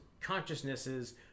consciousnesses